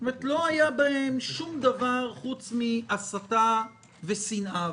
לא היה בהם שום דבר חוץ מהסתה ושנאה.